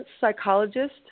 psychologist